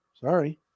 Sorry